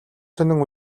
сонин